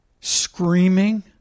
screaming